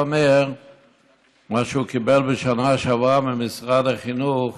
הוא אומר שמה שהוא קיבל בשנה שעברה ממשרד החינוך